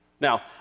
Now